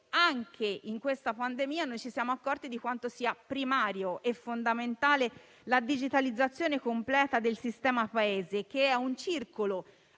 anche in questa pandemia ci siamo accorti di quanto sia primaria e fondamentale la digitalizzazione completa del sistema Paese, che è un circolo